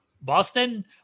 Boston